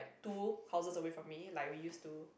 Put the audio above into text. two houses away from me like we used to